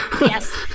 Yes